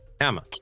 Hammer